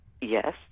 Yes